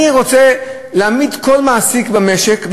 אני רוצה להעמיד כל מעסיק במשק,